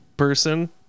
person